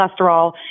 cholesterol